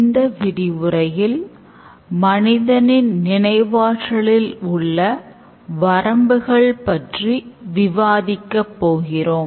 இந்த விரிவுரையில் மனிதனின் நினைவாற்றலில் உள்ள வரம்புகள் பற்றி விவாதிக்கப் போகிறோம்